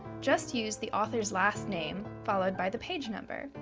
just use the author's last name followed by the page number.